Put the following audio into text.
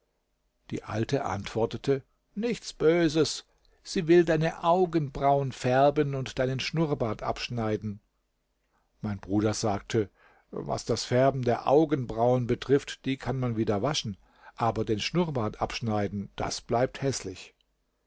die alte antwortete nichts böses sie will deine augenbrauen färben und deinen schnurrbart abschneiden mein bruder sagte was das färben der augenbrauen betrifft die kann man wieder waschen aber den schnurrbart abschneiden das bleibt häßlich